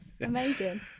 amazing